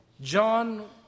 John